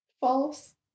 False